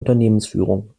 unternehmensführung